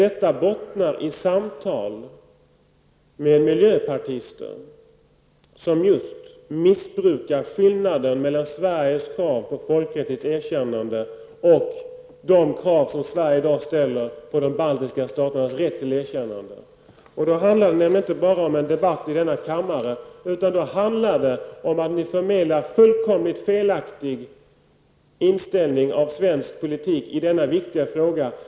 Detta bottnar i samtal med miljöpartister som just missbrukar skillnaden mellan Sveriges krav på ett folkrättsligt erkännande och de krav som Sverige i dag ställer på de baltiska staternas rätt till erkännande. Det handlar inte bara om en debatt i denna kammare, utan det handlar om att ni förmedlar en fullkomligt felaktig inställning rörande svensk politik i denna viktiga fråga.